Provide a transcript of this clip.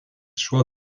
šiuo